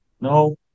No